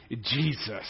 Jesus